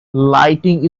lighting